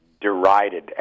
derided